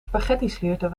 spaghettislierten